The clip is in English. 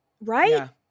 Right